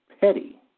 petty